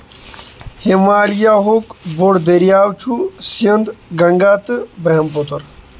ہمالیہ ہُک بوٚڑ دٔریاو چھ سِندھ گنگا تہٕ برہم پُتر